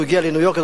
הוא הגיע לניו-יורק,